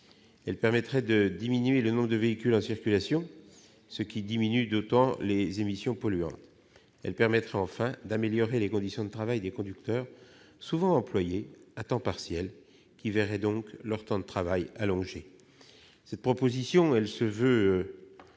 de véhicules ; de baisser le nombre de véhicules en circulation, ce qui diminue d'autant les émissions polluantes ; enfin, d'améliorer les conditions de travail des conducteurs, souvent employés à temps partiel, qui verraient leur temps de travail allongé. Cette proposition se veut